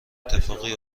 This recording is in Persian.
اتفاقی